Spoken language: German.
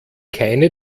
keine